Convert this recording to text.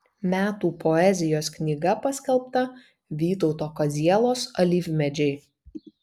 metų poezijos knyga paskelbta vytauto kazielos alyvmedžiai